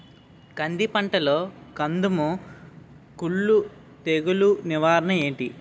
కంది పంటలో కందము కుల్లు తెగులు నివారణ ఏంటి?